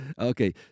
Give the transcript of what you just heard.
okay